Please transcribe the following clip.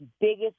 biggest